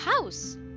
house